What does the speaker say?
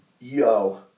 yo